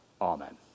Amen